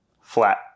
flat